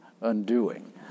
undoing